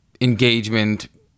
engagement